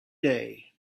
day